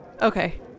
Okay